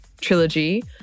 trilogy